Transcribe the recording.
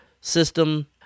system